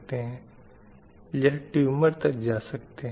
यह टूमर तक जा सकते हैं